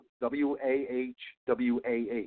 W-A-H-W-A-H